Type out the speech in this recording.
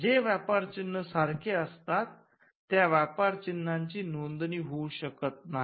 जे व्यापार चिन्ह सारखे असतात त्या व्यापार चिन्हांची नोंदणी होऊ शकत नाही